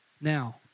Now